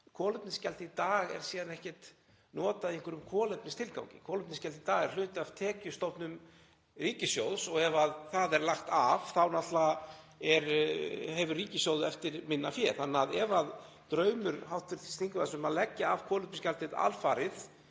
kolefnisgjald í dag er síðan ekkert notað í einhverjum kolefnistilgangi. Kolefnisgjald í dag er hluti af tekjustofnum ríkissjóðs og ef það verður lagt af þá náttúrlega hefur ríkissjóður minna fé þannig að ef draumur hv. þingmanns um að leggja af kolefnisgjaldið alfarið